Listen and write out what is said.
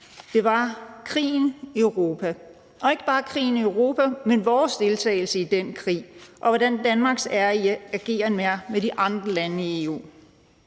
Det var krigen i Europa, og ikke bare krigen i Europa, men vores deltagelse i den krig, og hvordan Danmarks ageren er med de andre lande i EU.